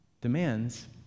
demands